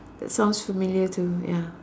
that sounds familiar to ya